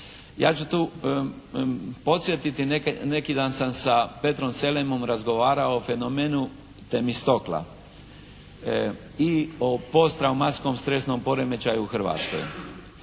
Ja ću tu podsjetiti, neki dan sam sa Petrom Selemom razgovarao o fenomenu Temistokla. I o posttraumatskom stresnom poremećaju u Hrvatskoj.